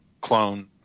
clone